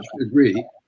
agree